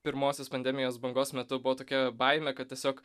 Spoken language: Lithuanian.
pirmosios pandemijos bangos metu buvo tokia baimė kad tiesiog